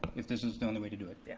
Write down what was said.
if this is the only way to do it.